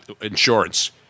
insurance